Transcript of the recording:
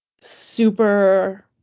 super